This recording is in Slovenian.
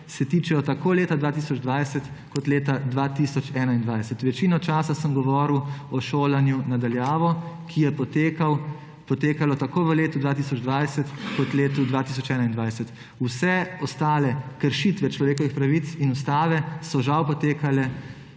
se tiče tako leta 2020 kot leta 2021. Večino časa sem govoril o šolanju na daljavo, ki je potekalo tako v letu 2020 kot v letu 2021. Vse ostale kršitve človekovih pravic in ustave so žal potekale